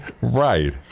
right